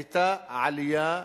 היתה עלייה,